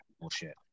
bullshit